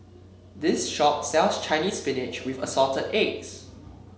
this shop sells Chinese Spinach with Assorted Eggs